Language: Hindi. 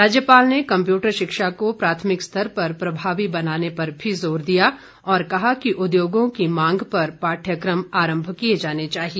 राज्यपाल ने कम्पयूटर शिक्षा को प्राथमिक स्तर पर प्रभावी बनाने पर भी जोर दिया और कहा कि उद्योगों की मांग पर पाठ्यक्रम आरम्भ किए जाने चाहिए